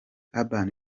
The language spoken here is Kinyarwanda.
urban